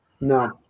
No